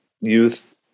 youth